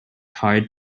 hard